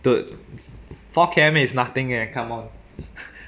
dude fourth camp is nothing eh come on